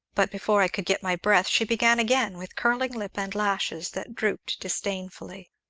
but, before i could get my breath, she began again, with curling lip and lashes that drooped disdainfully.